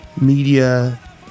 media